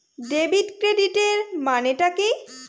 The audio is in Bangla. ডেবিট ক্রেডিটের মানে টা কি?